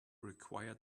required